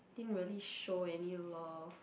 didn't really show any love